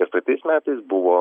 ir praeitais metais buvo